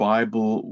Bible